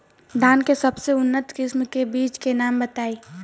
धान के सबसे उन्नत किस्म के बिज के नाम बताई?